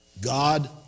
God